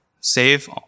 save